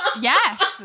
yes